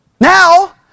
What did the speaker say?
Now